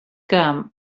que